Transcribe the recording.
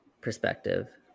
perspective